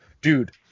Dude